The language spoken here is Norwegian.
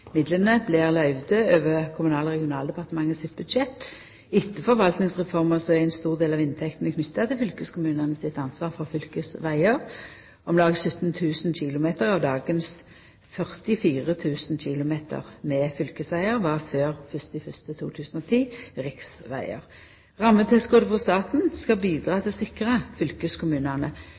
Midlane blir løyvde over Kommunal- og regionaldepartementet sitt budsjett. Etter forvaltningsreforma er ein stor del av inntektene knytt til fylkeskommunane sitt ansvar for fylkesvegar. Om lag 17 000 km av dagens 44 000 km med fylkesvegar var før 1. januar 2010 riksvegar. Rammetilskotet frå staten skal bidra til å sikra fylkeskommunane økonomisk stabilitet. Gjennom forvaltningsreforma har Regjeringa styrkt økonomien til fylkeskommunane